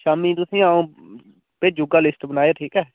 शामीं तुसें ई अ'ऊं भेजी ओड़गा लिस्ट बनाइयै ठीक ऐ